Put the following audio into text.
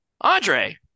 Andre